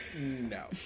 no